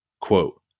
Quote